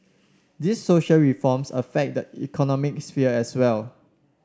these social reforms affect the economic sphere as well